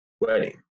wedding